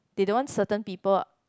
they don't want certain people